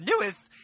newest